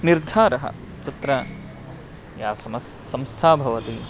निर्धारः तत्र या समस्या संस्था भवति